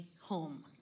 home